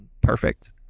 perfect